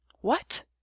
What